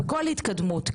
כל התקדמות.